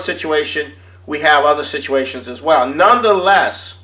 s situation we have other situations as well nonetheless